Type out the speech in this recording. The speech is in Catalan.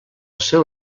seu